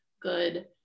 good